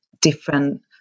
different